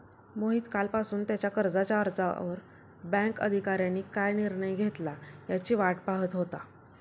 मोहित कालपासून त्याच्या कर्जाच्या अर्जावर बँक अधिकाऱ्यांनी काय निर्णय घेतला याची वाट पाहत होता